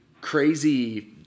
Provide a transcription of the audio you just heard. crazy